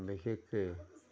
বিশেষকৈ